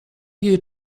you